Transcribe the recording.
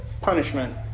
punishment